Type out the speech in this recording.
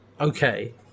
okay